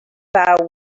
vow